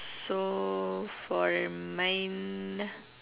so for mine